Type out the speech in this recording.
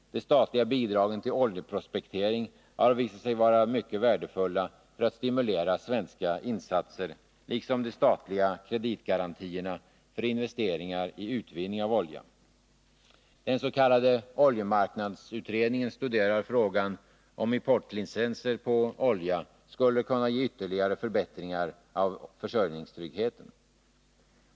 De statliga bidragen till oljeprospektering har visat sig vara mycket värdefulla för att stimulera svenska insatser, liksom de statliga kreditgarantierna för investeringar i utvinning av olja. Den s.k. oljemarknadsutredningen studerar frågan, om importlicenser på olja skulle kunna ge ytterligare förbättringar av försörjningstryggheten.